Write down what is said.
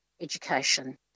education